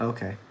Okay